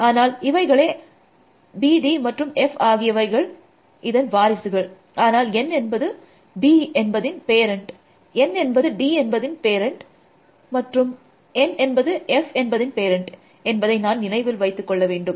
அதனால் இவைகளே அதாவது B D மற்றும் F ஆகியவைகள் இதன் வாரிசுகள் ஆனால் N என்பது B என்பதின் பேரண்ட் N என்பது D என்பதின் மற்றும் N என்பது F என்பதின் பேரண்ட் என்பதை நான் நினைவில் வைத்து கொள்ள வேண்டும்